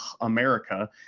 America